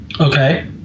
okay